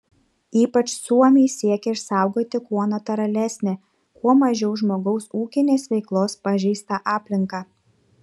ypač suomiai siekia išsaugoti kuo natūralesnę kuo mažiau žmogaus ūkinės veiklos pažeistą aplinką